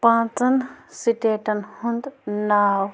پانژَن سِٹیٹَن ہُند ناو